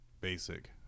basic